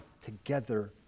together